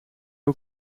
hoe